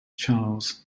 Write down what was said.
charles